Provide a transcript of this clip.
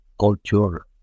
culture